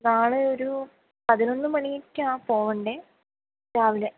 നാളെ ഒരു പതിനൊന്ന് മണിക്ക് ആണ് പോകേണ്ടത് രാവിലെ